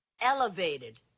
elevated